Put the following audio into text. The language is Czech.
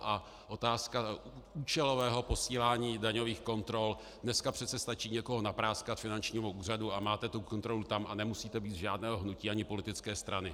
A otázka účelového posílání daňových kontrol dneska přece stačí někoho napráskat finančnímu úřadu a máme kontrolu tam a nemusíte být z žádného hnutí ani politické strany.